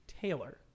Taylor